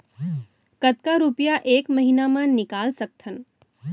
कतका रुपिया एक महीना म निकाल सकथन?